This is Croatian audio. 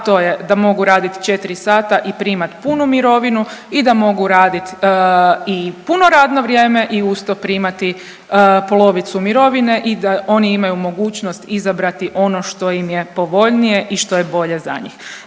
a to je da mogu radit 4 sata i primat punu mirovinu i da mogu radit i puno radno vrijeme i uz to primati polovicu mirovine i da oni imaju mogućnost izabrati ono što im je povoljnije i što je bolje za njih.